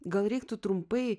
gal reiktų trumpai